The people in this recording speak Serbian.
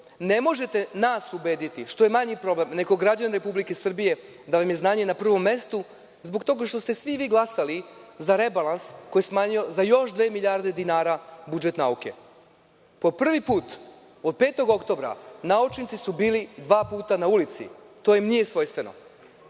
Ne možete nas ubediti, što je manji problem, nego građane Republike Srbije da vam je znanje na prvom mestu, zbog toga što ste svi vi glasali za rebalans koji je smanjio za još dve milijarde dinara budžet nauke. Po prvi put, od 5. oktobra, naučni su bili dva puta na ulici. To im nije svojstveno.